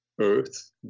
earth